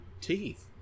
teeth